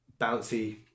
bouncy